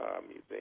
museum